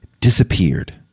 disappeared